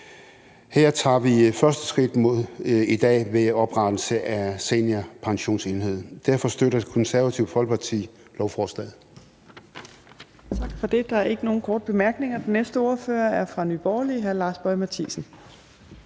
i dag et første skridt ved oprettelsen af Seniorpensionsenheden. Derfor støtter Det Konservative Folkeparti lovforslaget.